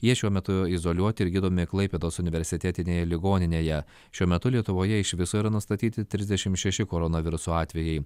jie šiuo metu izoliuoti ir gydomi klaipėdos universitetinėje ligoninėje šiuo metu lietuvoje iš viso yra nustatyti trisdešim šeši koronaviruso atvejai